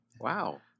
wow